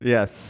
Yes